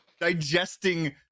digesting